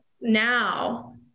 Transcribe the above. now